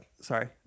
Sorry